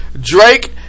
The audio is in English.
Drake